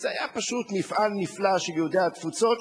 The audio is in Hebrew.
זה היה פשוט מפעל נפלא של יהודי התפוצות,